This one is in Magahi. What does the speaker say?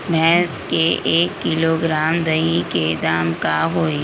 भैस के एक किलोग्राम दही के दाम का होई?